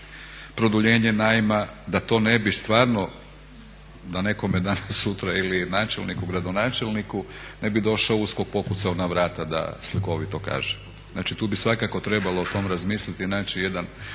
produljenje najma da to ne bi stvarno, da nekome danas sutra ili načelniku ili gradonačelniku ne bi došao USKOK pokucao na vrata da slikovito kažem. Znači tu bi svakako trebalo o tome razmisliti i naći jedan